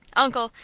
uncle,